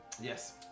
Yes